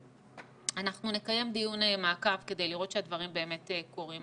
אנחנו נקיים דיון מעקב כדי לראות שהדברים באמת קורים,